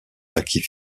naquit